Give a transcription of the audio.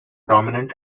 dominant